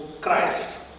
Christ